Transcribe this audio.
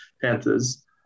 Panthers